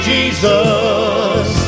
Jesus